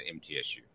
MTSU